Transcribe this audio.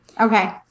Okay